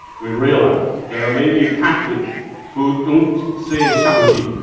we realize. there maybe catholic who don't say shangdi,